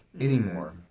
anymore